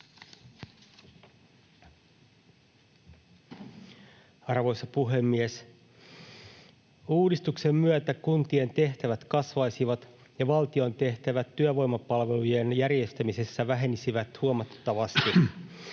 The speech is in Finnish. Arvoisa puhemies! Uudistuksen myötä kuntien tehtävät kasvaisivat ja valtion tehtävät työvoimapalvelujen järjestämisessä vähenisivät huomattavasti.